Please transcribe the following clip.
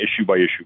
issue-by-issue